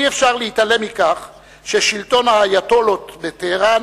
אי-אפשר להתעלם מכך ששלטון האייטולות בטהרן